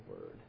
word